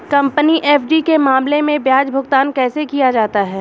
Company FD के मामले में ब्याज भुगतान कैसे किया जाता है?